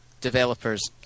developers